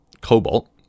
cobalt